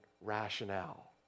rationale